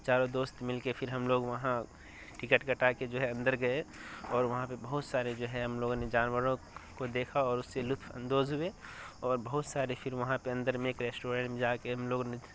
چاروں دوست مل کے پھر ہم لوگ وہاں ٹکٹ کٹا کے جو ہے اندر گئے اور وہاں پہ بہت سارے جو ہے ہم لوگوں نے جانوروں کو دیکھا اور اس سے لطف اندوز ہوئے اور بہت سارے پھر وہاں پہ اندر میں ایک ریسٹورینٹ میں جا کے ہم لوگ نے